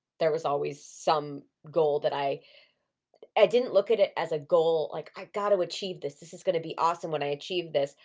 there was always some goal that i i didn't look at it as a goal, like i got to achieve this, this is gonna be awesome when i achieved this.